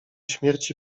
śmierci